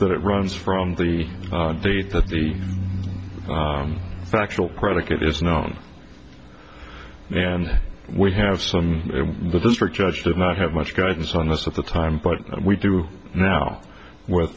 that it runs from the date that the factual predicate is known and we have some the district judge did not have much guidance on this at the time but we do now with